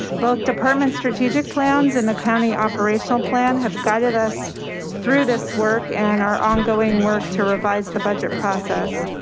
both department strategic plans, and the county operational plan have guided us through this work and our ongoing work to revise the budget process.